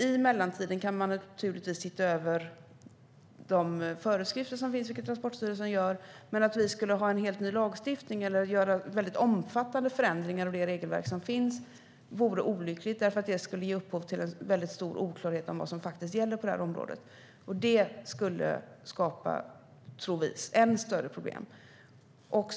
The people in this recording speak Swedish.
I mellantiden kan man naturligtvis titta över de föreskrifter som finns, vilket Transportstyrelsen gör, men att införa en helt ny lagstiftning eller göra väldigt omfattande förändringar av det regelverk som finns vore olyckligt. Det skulle ge upphov till en väldigt stor oklarhet om vad som gäller på området. Det skulle skapa än större problem, tror vi.